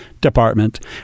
Department